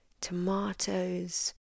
tomatoes